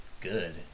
good